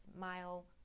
Mile